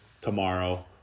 tomorrow